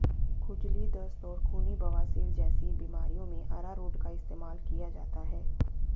खुजली, दस्त और खूनी बवासीर जैसी बीमारियों में अरारोट का इस्तेमाल किया जाता है